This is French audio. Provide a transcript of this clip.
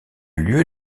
lieu